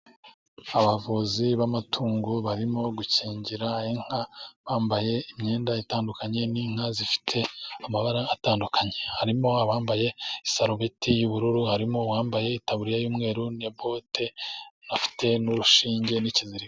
Abavuzi b' amatungo barimo gukingira inka, bambaye imyenda itandukanye, n' inka zifite amabara atandukanye, harimo abambaye isarubeti y' ubururu, harimo uwambaye itaburiya y' umweru na bote, afite n' urushinge n' ikiziriko.